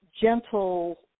gentle